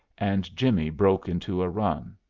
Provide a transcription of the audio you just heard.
and jimmie broke into a run.